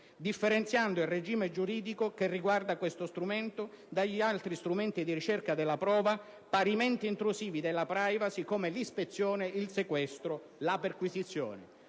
differenziando il regime giuridico che riguarda questo strumento dagli altri strumenti di ricerca della prova parimenti intrusivi della *privacy* come l'ispezione, il sequestro, la perquisizione.